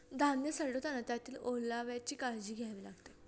धान्य साठवताना त्यातील ओलाव्याची काळजी घ्यावी लागते